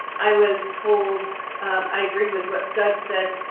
i was told i agree with what doug said.